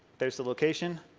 there is the location.